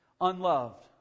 Unloved